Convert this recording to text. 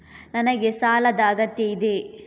ನನಗೆ ಸಾಲದ ಅಗತ್ಯ ಇದೆ?